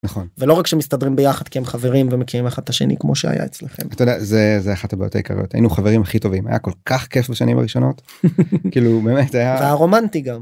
נכון, ולא רק שמסתדרים ביחד כי הם חברים ומכירים אחד את השני כמו שהיה אצלכם. אתה יודע, זה, זה אחת הבעיות העיקריות, היינו חברים הכי טובים, היה כל כך כיף בשנים הראשונות, כאילו באמת זה היה.. זה היה רומנטי גם.